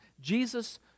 Jesus